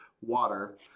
water